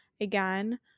again